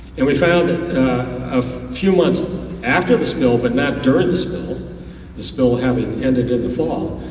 and we found that a few months after the spill, but not during the spill the spill hadn't ended in the fall,